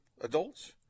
adults